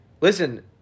listen